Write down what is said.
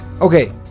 Okay